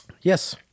Yes